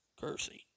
cursing